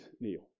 kneel